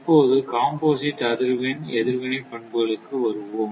இப்போது காம்போசிட் அதிர்வெண் எதிர்வினை பண்புகளுக்கு வருவோம்